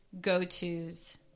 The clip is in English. go-tos